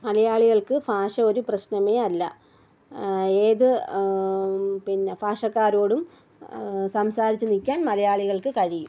മലയാളികൾക്ക് ഭാഷ ഒരു പ്രശ്നമേ അല്ല ഏത് പിന്നെ ഭാഷക്കാരോടും സംസാരിച്ചു നിൽക്കാൻ മലയാളികൾക്ക് കഴിയും